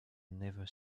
never